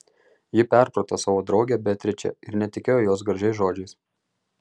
ji perprato savo draugę beatričę ir netikėjo jos gražiais žodžiais